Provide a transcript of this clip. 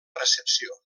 recepció